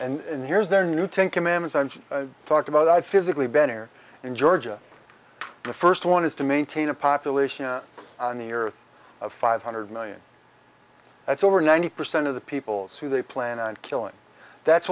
jr and here's their new ten commandments i talked about i physically benner in georgia the first one is to maintain a population in the earth of five hundred million that's over ninety percent of the peoples who they plan on killing that's